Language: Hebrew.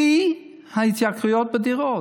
שיא ההתייקרויות בדירות,